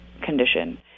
condition